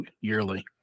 yearly